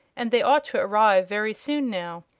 and they ought to arrive very soon, now.